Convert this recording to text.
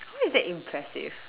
how is that impressive